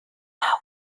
out